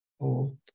Hold